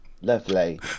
Lovely